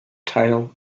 tail